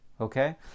Okay